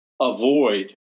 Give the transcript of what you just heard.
avoid